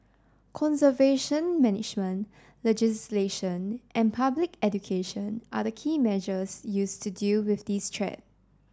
conservation management legislation and public education are the key measures used to deal with this threat